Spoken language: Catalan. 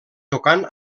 tocant